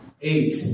Eight